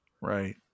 right